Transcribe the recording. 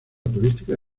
turística